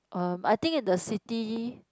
um I think in the city